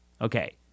Okay